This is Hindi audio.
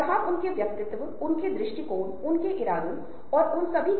दूसरी बात कि आपको किससे संपर्क करना चाहिए